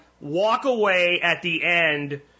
walk-away-at-the-end